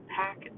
pack